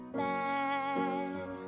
bad